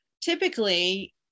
typically